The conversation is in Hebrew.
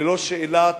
ללא שאלת